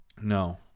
No